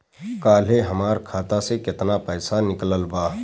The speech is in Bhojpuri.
काल्हे हमार खाता से केतना पैसा निकलल बा?